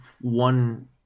one